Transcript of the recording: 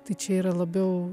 tai čia yra labiau